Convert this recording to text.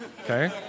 okay